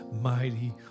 mighty